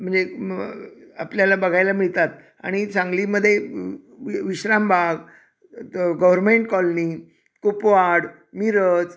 म्हणजे म आपल्याला बघायला मिळतात आणि सांगलीमध्ये विश्रामबाग त गव्हर्मेंट कॉलनी कुपवाड मिरज